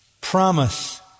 promise